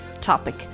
topic